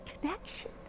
connection